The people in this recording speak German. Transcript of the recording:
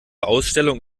ausstellung